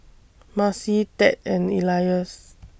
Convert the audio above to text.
Marci Ted and Elias